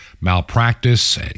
malpractice